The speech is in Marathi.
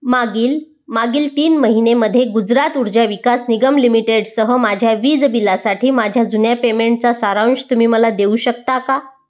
मागील मागील तीन महिनेमध्ये गुजरात उर्जा विकास निगम लिमिटेडसह माझ्या वीज बिलासाठी माझ्या जुन्या पेमेंटचा सारांश तुम्ही मला देऊ शकता का